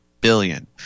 billion